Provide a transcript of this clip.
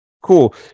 Cool